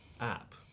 app